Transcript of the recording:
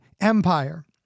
empire